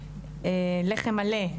לחם מלא,